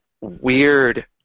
weird